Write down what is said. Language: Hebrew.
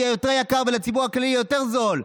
יהיה יותר יקר ולציבור הכללי יותר זול,